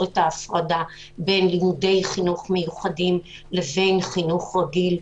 את ההפרדה בין לימודי חינוך מיוחדים לבין חינוך רגיל.